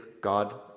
God